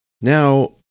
Now